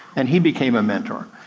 and he became a mentor.